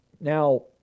Now